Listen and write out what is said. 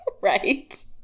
right